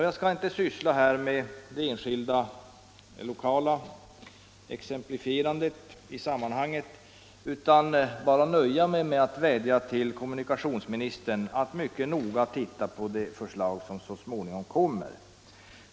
Jag skall inte närmare gå in på de enskilda fallen i sammanhanget utan nöjer mig med att vädja till kommunikationsministern att mycket noga titta på de förslag som så småningom kommer.